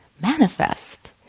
manifest